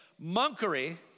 monkery